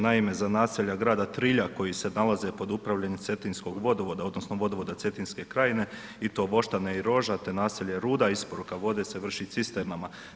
Naime, za naselja grada Trilja koji se nalaze pod upravljanjem Cetinskog vodovoda odnosno vodovoda Cetinske krajine i to Voštane i Roža te naselje Ruda, isporuka vode se vrši cisternama.